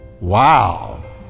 Wow